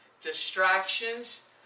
distractions